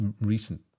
recent